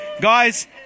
Guys